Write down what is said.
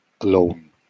alone